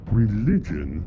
religion